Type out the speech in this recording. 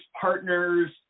partners